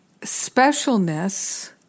specialness